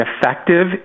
effective